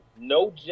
No